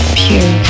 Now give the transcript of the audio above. pure